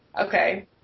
okay